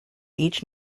each